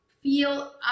feel